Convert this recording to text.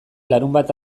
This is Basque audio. larunbat